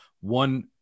One